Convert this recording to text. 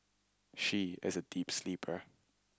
she is a deep sleeper